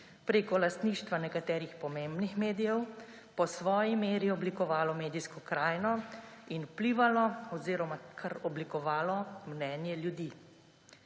preko lastništva nekaterih pomembnih medijev po svoji meri oblikovalo medijsko krajino in vplivalo oziroma kar oblikovalo mnenje ljudi.